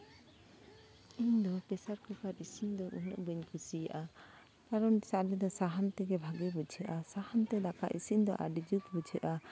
ᱤᱧ ᱫᱚ ᱯᱮᱥᱟᱨ ᱠᱩᱠᱟᱨ ᱤᱥᱤᱱ ᱫᱚ ᱩᱱᱟᱹᱜ ᱵᱟᱹᱧ ᱠᱩᱥᱤᱭᱟᱜᱼᱟ ᱠᱟᱨᱚᱱ ᱟᱞᱮ ᱫᱚ ᱥᱟᱦᱟᱱ ᱛᱮᱜᱮ ᱵᱷᱟᱜᱮ ᱵᱩᱡᱷᱟᱹᱜᱼᱟ ᱥᱟᱦᱟᱱ ᱛᱮ ᱫᱟᱠᱟ ᱤᱥᱤᱱ ᱫᱚ ᱟᱹᱰᱤ ᱫᱩᱛ ᱵᱩᱡᱷᱟᱹᱜᱼᱟ